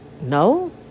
No